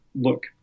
look